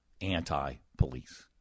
anti-police